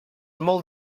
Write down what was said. molt